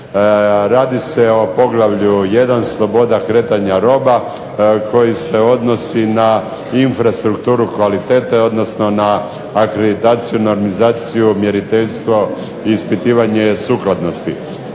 Radi se o Poglavlju 1. – Sloboda kretanja roba koji se odnosi na infrastrukturu kvalitete, odnosno na akreditaciju, normizaciju, mjeriteljstvo i ispitivanje sukladnosti.